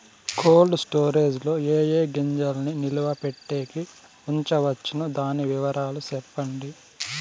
Cold storage లో ఏ ఏ గింజల్ని నిలువ పెట్టేకి ఉంచవచ్చును? దాని వివరాలు సెప్పండి?